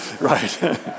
Right